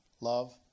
love